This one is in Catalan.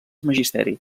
magisteri